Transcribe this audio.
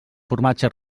formatge